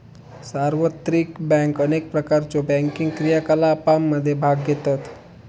सार्वत्रिक बँक अनेक प्रकारच्यो बँकिंग क्रियाकलापांमध्ये भाग घेतत